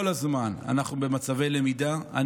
אנחנו במצבי למידה כל הזמן.